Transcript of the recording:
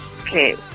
Okay